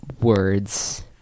words